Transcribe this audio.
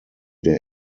der